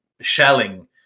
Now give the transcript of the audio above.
shelling